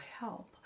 help